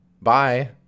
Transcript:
Bye